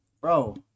Bro